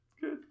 Good